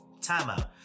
Timeout